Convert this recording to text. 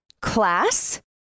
class